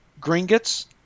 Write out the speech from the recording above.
Gringotts